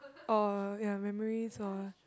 oh ya memories or